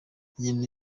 inyoni